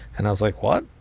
and i was like, what?